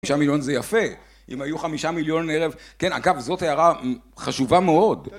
חמישה מיליון זה יפה, אם היו חמישה מיליון ערב, כן, אגב, זאת הערה חשובה מאוד.